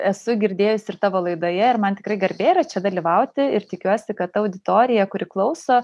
esu girdėjusi ir tavo laidoje ir man tikrai garbė yra čia dalyvauti ir tikiuosi kad ta auditorija kuri klauso